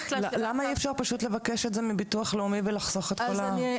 למה אי אפשר פשוט לבקש את זה מביטוח לאומי ולחסוך את כל הטררם?